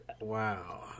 Wow